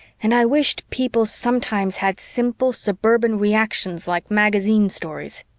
and i wished people sometimes had simple suburban reactions like magazine stories.